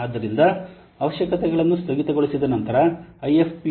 ಆದ್ದರಿಂದ ಅವಶ್ಯಕತೆಗಳನ್ನು ಸ್ಥಗಿತಗೊಳಿಸಿದ ನಂತರ IFPUG 4